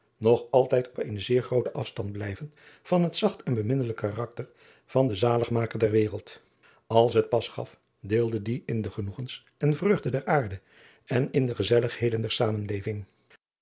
nog altijd op eenen zeer grooten afstand blijven van het zacht en beminnelijk karakter van den aligmaker der wereld ls het pas gaf deelde die in de genoegens en vreugde der aarde en in de gezelligheden der zamenleving